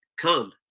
Come